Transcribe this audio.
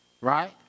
Right